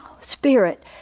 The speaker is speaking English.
spirit